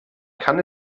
kann